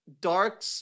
dark